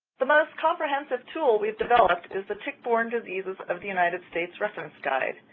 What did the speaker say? the most comprehensive tool we've developed is the tick-borne diseases of the united states reference guide.